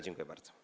Dziękuję bardzo.